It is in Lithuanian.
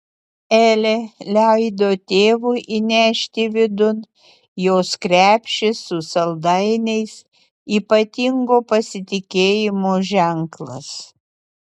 elė leido tėvui įnešti vidun jos krepšį su saldainiais ypatingo pasitikėjimo ženklas